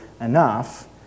enough